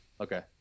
Okay